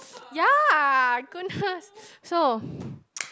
ya goodness so